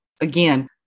again